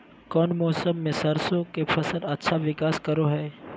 कौन मौसम मैं सरसों के फसल अच्छा विकास करो हय?